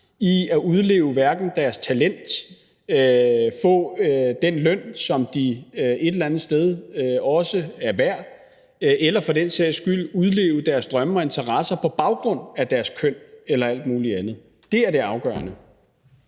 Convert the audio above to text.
i at udleve hverken deres talent i forhold til at få den løn, som de et eller andet sted også er værd, eller for den sags skyld udleve deres drømme og interesser på baggrund af deres køn eller alt muligt andet. Det er det afgørende.